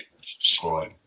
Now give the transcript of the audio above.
subscribe